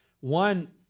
One